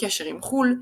קשר עם חו"ל,